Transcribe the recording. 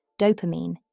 dopamine